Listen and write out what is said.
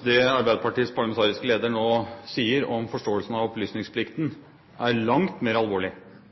Det Arbeiderpartiets parlamentariske leder nå sier om forståelsen av opplysningsplikten, er langt mer alvorlig